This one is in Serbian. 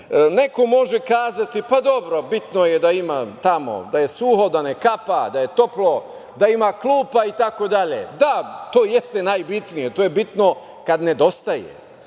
neko može kazati - pa, dobro, bitno je da je suvo, da ne kaplje, da je toplo, da ima klupa, itd. Da, to jeste najbitnije, to je bitno kad nedostaje.